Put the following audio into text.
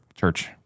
church